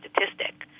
statistic